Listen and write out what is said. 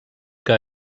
que